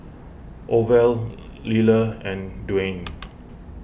Orvel Liller and Dwaine